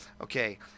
Okay